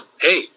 hey